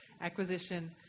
acquisition